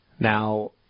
Now